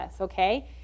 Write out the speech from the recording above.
okay